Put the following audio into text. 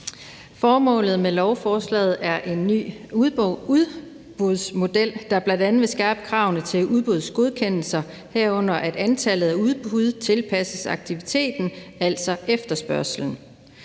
Formålet med lovforslaget er at lave en ny udbudsmodel, der bl.a. vil skærpe kravene til udbudsgodkendelser, herunder at antallet af udbud tilpasses aktiviteten, altså efterspørgslen.